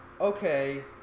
okay